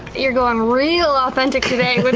you're going real authentic today but